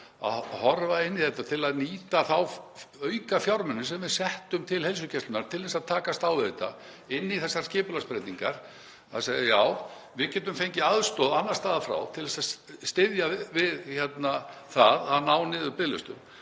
að horfa inn í þetta til að nýta þá aukafjármuni sem við settum til heilsugæslunnar til að takast á við þetta, inn í þessar skipulagsbreytingar, þ.e.a.s. já, við getum fengið aðstoð annars staðar frá til þess að styðja við það að ná niður biðlistum.